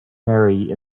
mary